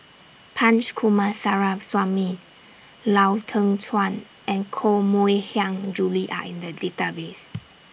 Punch Coomaraswamy Lau Teng Chuan and Koh Mui Hiang Julie Are in The Database